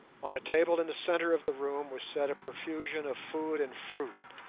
on a table in the centre of the room was set a profusion of food and fruit,